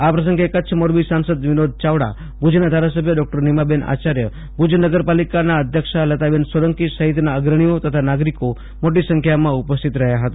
આ પ્રસંગે કચ્છ મોરબી સાંસદ વિનોદ ચાવડા ભુજના ધારાસભ્ય ડોકટર નીમાબેન આચાર્ય ભુજ નગરપાલિકાના અધ્યક્ષા લતાબેન સોલંકી સહિતના અગર્ણીઓ તથા નાગરીકો મોટી સંખ્યામાં ઉપસ્થિત રહ્યા હેતા